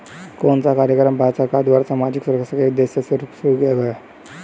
कौन सा कार्यक्रम भारत सरकार द्वारा सामाजिक सुरक्षा के उद्देश्य से शुरू किया गया है?